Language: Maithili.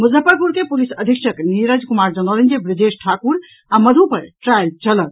मुजफ्फरपुर के पुलिस अधीक्षक नीरज कुमार जनौलनि जे ब्रजेश ठाकुर आ मधु पर ट्रायल चलत